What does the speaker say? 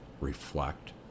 reflect